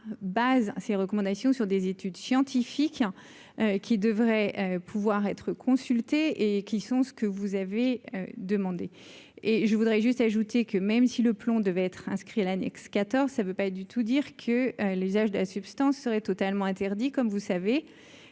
base ses recommandations sur des études scientifiques qui devrait pouvoir être consultés et qui sont ceux que vous avez demandé, et je voudrais juste ajouter que même si le plan devait être inscrit à l'annexe 14, ça ne veut pas du tout dire que l'usage de la substance serait totalement interdit, comme vous savez,